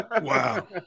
Wow